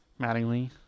Mattingly